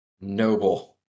Noble